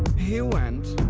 he went.